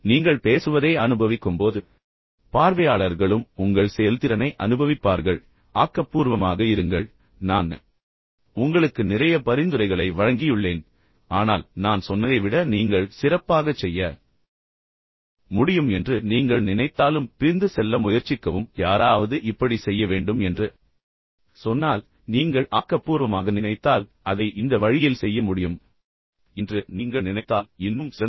நீங்கள் பேசுவதை அனுபவிக்கும்போது பார்வையாளர்களும் உங்கள் செயல்திறனை அனுபவிப்பார்கள் பின்னர் ஆக்கப்பூர்வமாக இருங்கள் நான் உங்களுக்கு நிறைய பரிந்துரைகளை வழங்கியுள்ளேன் ஆனால் நான் சொன்னதை விட நீங்கள் சிறப்பாகச் செய்ய முடியும் என்று நீங்கள் நினைத்தாலும் பிரிந்து செல்ல முயற்சிக்கவும் யாராவது இப்படி செய்ய வேண்டும் என்று சொன்னால் ஆனால் நீங்கள் ஆக்கப்பூர்வமாக நினைத்தால் அதை இந்த வழியில் செய்ய முடியும் என்று நீங்கள் நினைத்தால் அது இன்னும் சிறந்தது